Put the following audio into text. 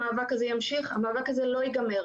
המאבק הזה ימשיך ולא יסתיים.